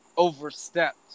overstepped